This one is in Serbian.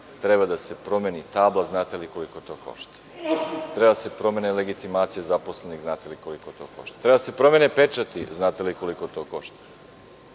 treba da se promeni tabla. Znate li koliko to košta? Treba da se promene legitimacije zaposlenih. Znate li koliko to košta? Treba da se promene pečati. Znate li koliko to košta?